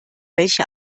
welche